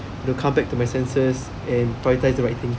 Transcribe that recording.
to come back to my senses and prioritise the right things